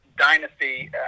dynasty